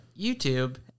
YouTube